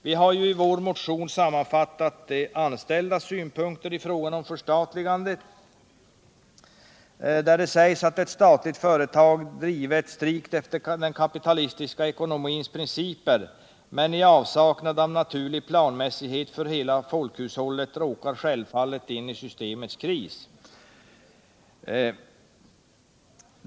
Vi har i vår motion sammanfattat de anställdas synpunkter i fråga om förstatligande. Det sägs att ett statligt företag, drivet strikt efter den kapitalistiska ekonomins principer men i avsaknad av naturlig planmässighet för hela folkhushållet, självfallet råkar in i systemets kris.